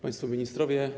Państwo Ministrowie!